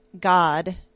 God